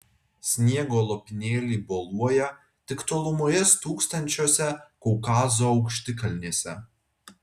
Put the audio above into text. sniego lopinėliai boluoja tik tolumoje stūksančiose kaukazo aukštikalnėse